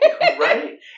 Right